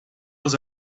was